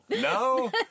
No